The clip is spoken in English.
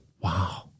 Wow